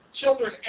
children